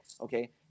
okay